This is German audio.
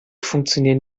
funktionieren